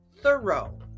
thorough